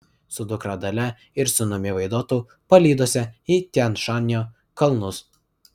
su dukra dalia ir sūnumi vaidotu palydose į tian šanio kalnus